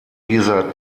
dieser